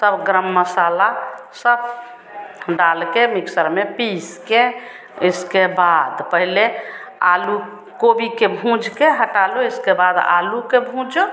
तब गरम मसाला सब डालकर मिक्सर में पीसकर इसके बाद पहले आलू गोभी को भूँजकर हटा लो इसके बाद आलू को भूँजो